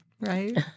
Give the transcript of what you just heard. Right